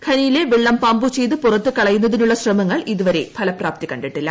ഖനിയിലെ വെള്ളം പമ്പുചെയ്തു പുറത്തുകളയുന്നതിനുള്ള ശ്രമങ്ങൾ ഇതു വരെ ഫലപ്രാപ്തി കണ്ടിട്ടില്ല